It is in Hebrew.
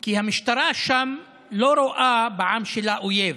כי המשטרה שם לא רואה בעם שלה אויב.